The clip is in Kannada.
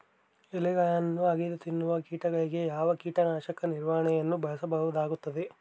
ಎಲೆಗಳನ್ನು ಅಗಿದು ತಿನ್ನುವ ಕೇಟಗಳಿಗೆ ಯಾವ ಕೇಟನಾಶಕದ ನಿರ್ವಹಣೆಯನ್ನು ಬಳಸಲಾಗುತ್ತದೆ?